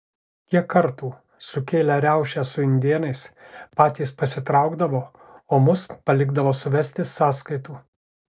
kiek kartų sukėlę riaušes su indėnais patys pasitraukdavo o mus palikdavo suvesti sąskaitų